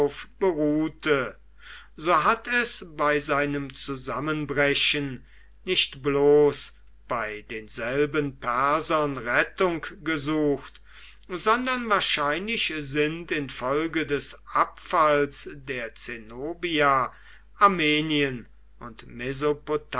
beruhte so hat es bei seinem zusammenbrechen nicht bloß bei denselben persern rettung gesucht sondern wahrscheinlich sind infolge des abfalls der zenobia armenien und